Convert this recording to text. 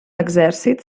exèrcit